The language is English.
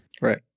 Right